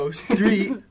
Three